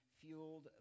fueled